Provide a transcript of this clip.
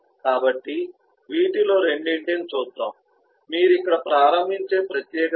కాబట్టి వీటిలో రెండింటిని చూద్దాం మీరు ఇక్కడ ప్రారంభించే ప్రత్యేకత ఇది